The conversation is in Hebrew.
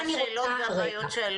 אוקיי, בואי תעברי הלאה לשאלות הבאות שעלו.